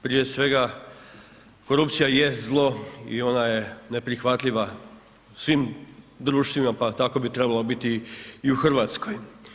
Prije svega, korupcija je zlo i ona je neprihvatljiva u svim društvima, pa tako bi trebala biti i u Hrvatskoj.